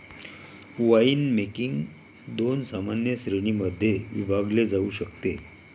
winemaking दोन सामान्य श्रेणीं मध्ये विभागले जाऊ शकते